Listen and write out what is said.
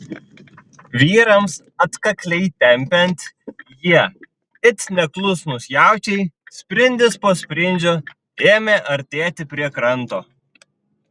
vyrams atkakliai tempiant jie it neklusnūs jaučiai sprindis po sprindžio ėmė artėti prie kranto